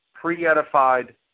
pre-edified